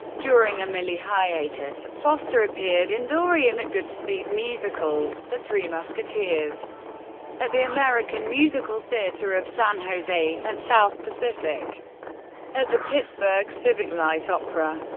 during a millie hiatus, foster appeared in dorian at goodspeed musicals, the three musketeers at the american musical theatre of san jose, and south pacific at the pittsburgh civic light opera.